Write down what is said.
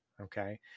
Okay